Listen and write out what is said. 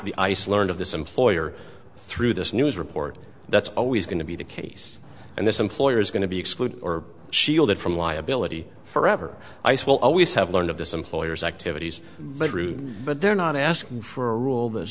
the ice learned of this employer through this news report that's always going to be the case and this employer is going to be excluded or shielded from liability forever ice will always have learned of this employer's activities they grew but they're not asking for a rule that